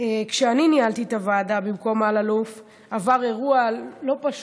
כאשר ניהלתי את הוועדה במקום אלאלוף עבר אירוע לא פשוט.